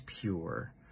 pure